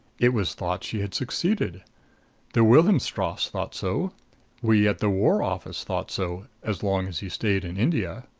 it was thought she had succeeded the wilhelmstrasse thought so we at the war office thought so, as long as he stayed in india.